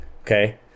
okay